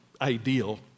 ideal